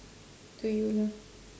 to you lah